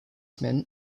meant